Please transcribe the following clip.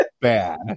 bad